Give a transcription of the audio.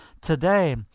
today